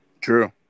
True